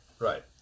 Right